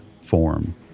form